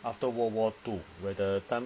after world war two when the time